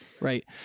right